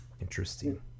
Interesting